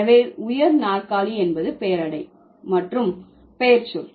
எனவே உயர் நாற்காலி என்பது பெயரடை மற்றும் பெயர்ச்சொல்